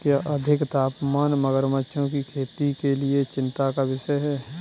क्या अधिक तापमान मगरमच्छों की खेती के लिए चिंता का विषय है?